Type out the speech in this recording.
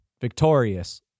victorious